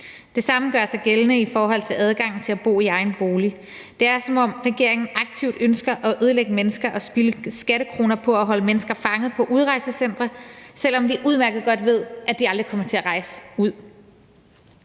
Det samme gør sig gældende i forhold til adgangen til at bo i egen bolig. Det er, som om regeringen aktivt ønsker at ødelægge mennesker og spilde skattekroner på at holde mennesker fanget på udrejsecentre, selv om vi udmærket godt ved, at de aldrig kommer til at rejse ud.